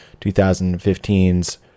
2015's